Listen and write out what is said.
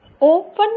Open